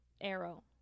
arrow